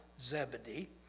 Zebedee